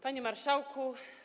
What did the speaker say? Panie Marszałku!